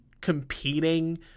competing